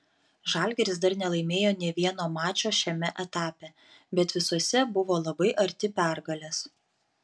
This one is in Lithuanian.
žalgiris dar nelaimėjo nė vieno mačo šiame etape bet visuose buvo labai arti pergalės